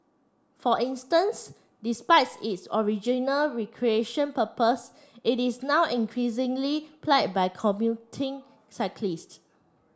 for instance despite its original recreation purpose it is now increasingly plied by commuting cyclists